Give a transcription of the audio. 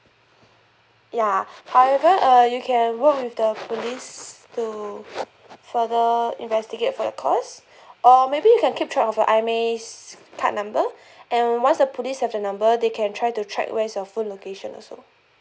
ya however uh you can work with the police to further investigate for your cause or maybe you can keep track of your IMEI's card number and once the police have the number they can try to track where's your phone location also